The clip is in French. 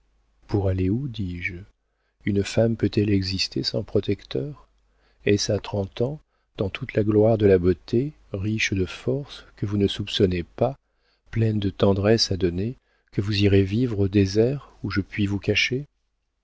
pour aller où dis-je une femme peut-elle exister sans protecteur est-ce à trente ans dans toute la gloire de la beauté riche de forces que vous ne soupçonnez pas pleine de tendresses à donner que vous irez vivre au désert où je puis vous cacher